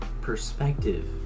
perspective